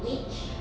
which